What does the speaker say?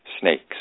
snakes